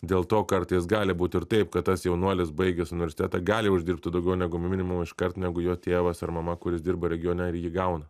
dėl to kartais gali būt ir taip kad tas jaunuolis baigęs universitetą gali uždirbti daugiau negu minimumą iškart negu jo tėvas ar mama kuris dirba regione ir jį gauna